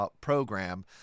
program